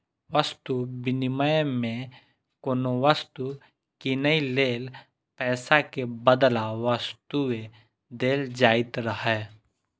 वस्तु विनिमय मे कोनो वस्तु कीनै लेल पैसा के बदला वस्तुए देल जाइत रहै